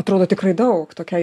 atrodo tikrai daug tokiai